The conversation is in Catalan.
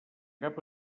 cap